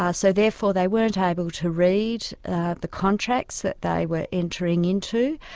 ah so therefore they weren't able to read the contracts that they were entering into,